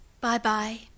Bye-bye